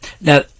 Now